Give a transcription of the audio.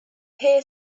hare